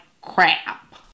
crap